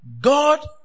God